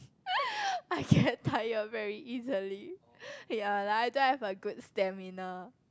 I get tired very easily yea like I don't have a good stamina